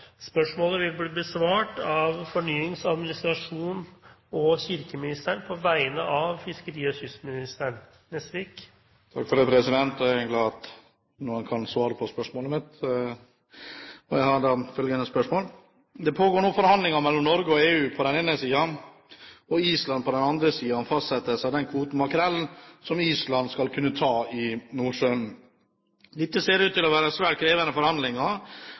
er glad for at noen kan svare på spørsmålet mitt, og jeg har følgende spørsmål: «Det pågår nå forhandlinger mellom Norge og EU på den ene siden og Island på den andre siden om fastsettelse av den kvoten makrell som Island skal kunne ta i Nordsjøen. Dette ser ut til å være svært krevende forhandlinger